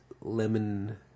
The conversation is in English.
lemon